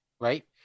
right